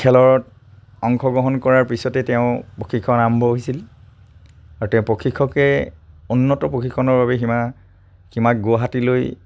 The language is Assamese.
খেলত অংশগ্ৰহণ কৰাৰ পিছতেই তেওঁৰ প্ৰশিক্ষণ আৰম্ভ হৈছিল আৰু তেওঁ প্ৰশিক্ষকে উন্নত প্ৰশিক্ষণৰ বাবে হীমাক গুৱাহাটীলৈ